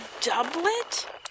doublet